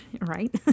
right